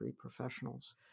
professionals